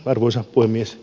arvoisa puhemies